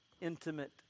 intimate